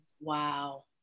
Wow